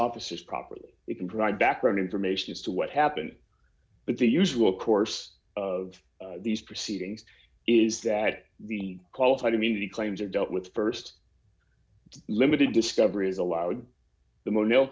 officers properly it can provide background information as to what happened but the usual course of these proceedings is that the qualified immunity claims are dealt with st limited discovery is allowed the mono